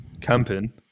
camping